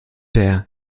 der